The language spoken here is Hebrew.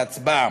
להצבעה.